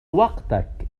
وقتك